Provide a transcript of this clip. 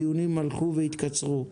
הדיונים הלכו והתקצרו.